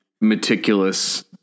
meticulous